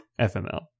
FML